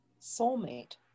soulmate